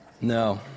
no